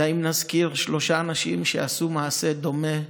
די אם נזכיר שלושה אנשים שעשו מעשה דומה,